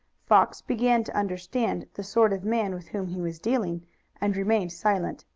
fox began to understand the sort of man with whom he was dealing and remained silent,